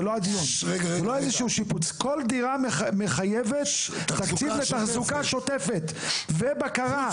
כל דירה מחייבת תקציב לתחזוקה שוטפת ובקרה.